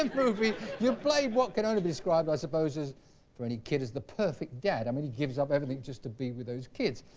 and you play what can only be described by supposes for any kid is the perfect dad? i mean he gives up everything just to be with those kids.